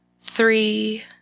three